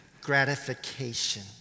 gratification